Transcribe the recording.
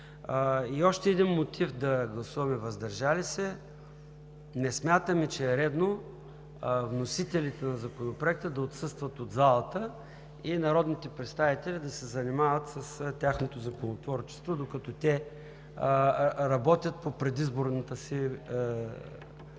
И още един мотив да гласуваме въздържали се – не смятаме, че е редно вносителите на Законопроекта да отсъстват от залата и народните представители да се занимават с тяхното законотворчество, докато те работят по предизборната си кампания.